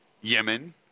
Yemen